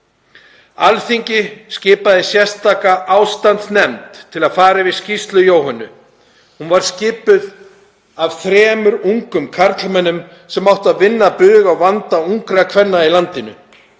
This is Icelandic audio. Alþingi skipaði sérstaka ástandsnefnd til að fara yfir skýrslu Jóhönnu. Hún var skipuð þremur ungum karlmönnum sem áttu að vinna bug á vanda ungra kvenna í landinu.